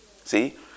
see